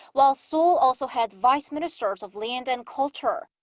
while seoul also had vice-ministers of land and culture.